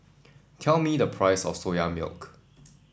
tell me the price of Soya Milk